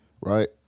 right